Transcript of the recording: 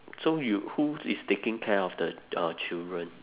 so you who is taking care of the your children